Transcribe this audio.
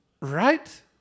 right